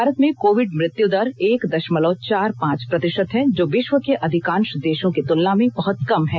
भारत में कोविड मृत्यु दर एक दशमलव चार पांच प्रतिशत है जो विश्व के अधिकांश देशों की तुलना में बहत कम है